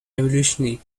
revolutionary